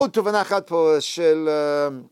עוד תובנה אחת פה של...